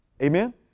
Amen